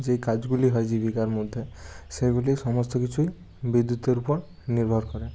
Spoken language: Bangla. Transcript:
যেই কাজগুলি হয় জীবিকার মধ্যে সেগুলি সমস্ত কিছু বিদ্যুতের উপর নির্ভর করে